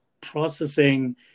processing